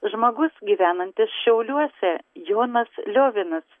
žmogus gyvenantis šiauliuose jonas liovinas